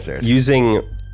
using